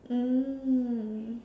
mm